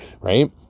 right